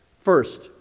First